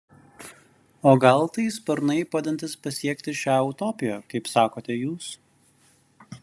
o gal tai sparnai padedantys pasiekti šią utopiją kaip sakote jūs